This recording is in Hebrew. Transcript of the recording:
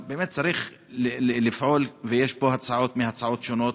אבל באמת, צריך לפעול, ויש פה הצעות מהצעות שונות,